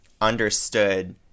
understood